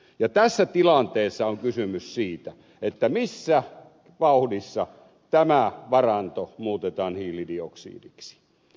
ja tässä tilanteessa on kysymys siitä missä vauhdissa tämä varanto muutetaan hiilidioksidiksi